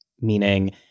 meaning